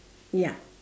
ya